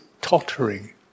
tottering